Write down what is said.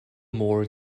more